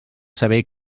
saber